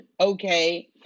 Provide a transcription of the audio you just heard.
Okay